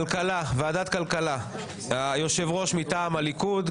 ועדת כלכלה היושב-ראש מטעם הליכוד,